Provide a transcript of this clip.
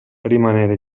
rimanere